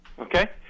Okay